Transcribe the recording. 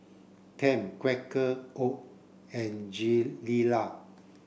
Tempt Quaker Oat and Gilera